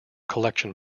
collection